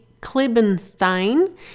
Klibenstein